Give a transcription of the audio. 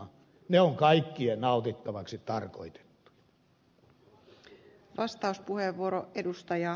ne on kaikkien nautittavaksi tarkoitettu